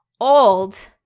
old